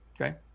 Okay